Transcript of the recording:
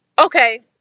okay